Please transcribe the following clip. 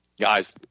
guys